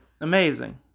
amazing